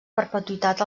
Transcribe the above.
perpetuïtat